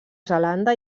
zelanda